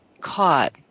caught